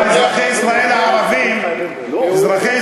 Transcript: הוא בא להגן על